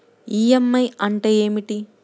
EMI అంటే ఏమిటి?